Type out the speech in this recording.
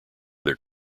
their